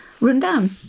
rundown